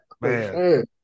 Man